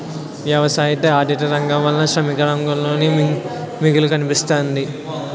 వ్యవసాయ ఆధారిత రంగం వలన శ్రామిక రంగంలో మిగులు కనిపిస్తుంది